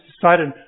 decided